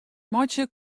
meitsje